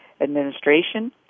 administration